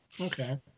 Okay